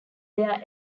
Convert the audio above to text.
there